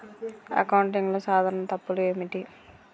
అకౌంటింగ్లో సాధారణ తప్పులు ఏమిటి?